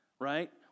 right